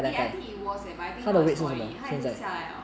eh I think he was leh but I think now it's no more already 他已经下来了